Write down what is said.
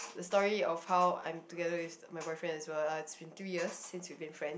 the story of how I'm together with my boyfriend is well it's been three years since we've been friends